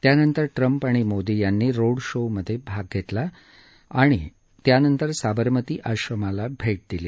त्यानंतर ट्रम्प आणि मोदी यांनी रोड शो मध्ये भाग घेतला आणि नंतर साबरमती आश्रमाला भेट दिली